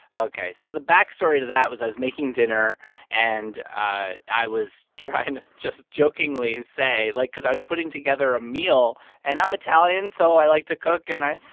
ok. so the backstory to that was i was making dinner, and i i was trying to just jokingly say like, cause i was putting together a meal, and i'm italian, so i like to cook, and i.